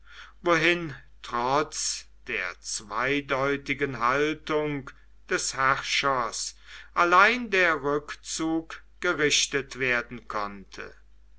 wohin trotz der zweideutigen haltung des herrschers allein der rückzug gerichtet werden konnte